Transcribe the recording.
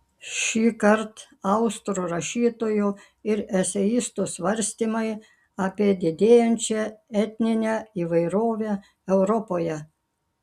šįkart austrų rašytojo ir eseisto svarstymai apie didėjančią etninę įvairovę europoje